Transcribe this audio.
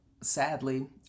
sadly